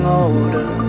older